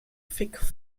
fig